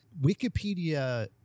Wikipedia